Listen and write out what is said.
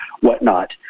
whatnot